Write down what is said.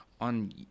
on